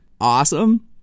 awesome